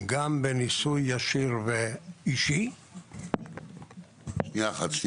גם בניסוי ישיר ואישי -- סליחה אדוני,